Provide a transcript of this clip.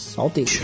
Salty